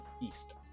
east